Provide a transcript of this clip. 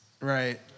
Right